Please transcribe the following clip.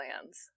plans